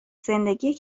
زندگی